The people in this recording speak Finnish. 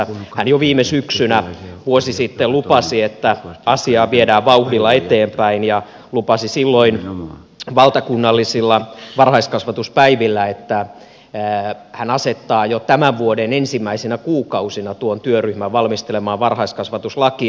hän jo viime syksynä vuosi sitten lupasi että asiaa viedään vauhdilla eteenpäin ja lupasi silloin valtakunnallisilla varhaiskasvatuspäivillä että hän asettaa jo tämän vuoden ensimmäisinä kuukausina tuon työryhmän valmistelemaan varhaiskasvatuslakia